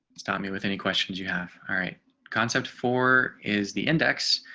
it's not me with any questions you have. alright concept for is the index.